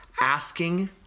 asking